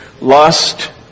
lust